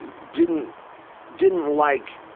didn't didn't like,